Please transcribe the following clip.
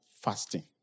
fasting